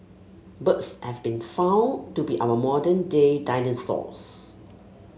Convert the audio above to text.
birds have been found to be our modern day dinosaurs